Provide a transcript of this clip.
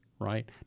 right